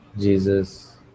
Jesus